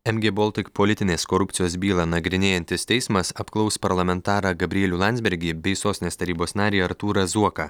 mg boltik politinės korupcijos bylą nagrinėjantis teismas apklaus parlamentarą gabrielių landsbergį bei sostinės tarybos narį artūrą zuoką